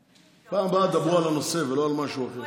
בפעם הבאה דברו על הנושא ולא על משהו אחר.